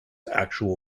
actual